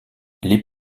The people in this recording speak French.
les